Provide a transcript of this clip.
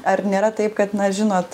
ar nėra taip kad na žinot